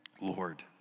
Lord